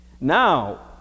Now